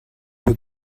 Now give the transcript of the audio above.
who